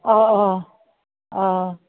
অঁ অঁ অঁ